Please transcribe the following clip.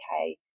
okay